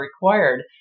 required